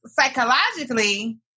psychologically